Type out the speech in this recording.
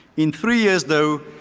in three years, though,